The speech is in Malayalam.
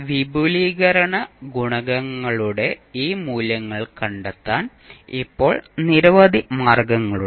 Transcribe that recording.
വിപുലീകരണ ഗുണകങ്ങളുടെ ഈ മൂല്യങ്ങൾ കണ്ടെത്താൻ ഇപ്പോൾ നിരവധി മാർഗങ്ങളുണ്ട്